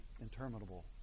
interminable